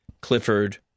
Clifford